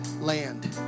land